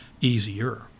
easier